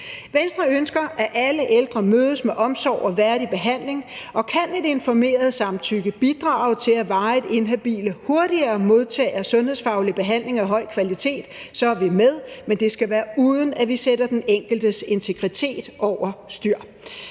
Venstre ønsker, at alle ældre mødes med omsorg og værdig behandling, og kan et informeret samtykke bidrage til, at varigt inhabile hurtigere modtager sundhedsfaglig behandling af høj kvalitet, så er vi med, men det skal være, uden at vi sætter den enkeltes integritet over styr.